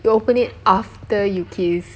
you open it after you kiss